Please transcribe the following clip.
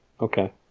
okay